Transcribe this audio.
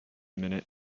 minute